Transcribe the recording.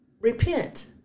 Repent